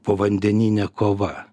povandeninė kova